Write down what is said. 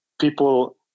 people